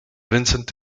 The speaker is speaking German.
vincent